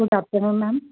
good afternoon ma'am